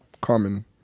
common